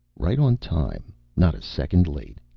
right on time. not a second late.